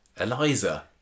Eliza